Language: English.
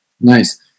Nice